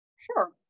Sure